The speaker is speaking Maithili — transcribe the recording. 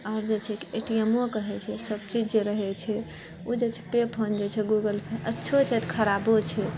आओर जेछै ए टी म ओ कहै छै सभ चीज रहै छै ओ जे छै पे फोन जे छै गुगलके अच्छो छै खराबो छै